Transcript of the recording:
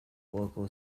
local